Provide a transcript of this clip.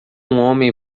homem